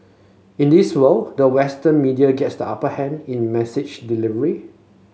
in this world the Western media gets the upper hand in message delivery